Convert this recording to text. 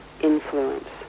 influence